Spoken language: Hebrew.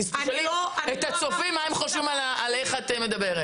תשאלי את הצופים מה הם חושבים על איך את מדברת.